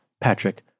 Patrick